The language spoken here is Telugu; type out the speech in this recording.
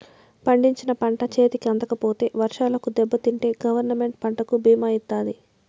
పండించిన పంట చేతికి అందకపోతే వర్షాలకు దెబ్బతింటే గవర్నమెంట్ పంటకు భీమా ఇత్తాది